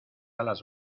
alas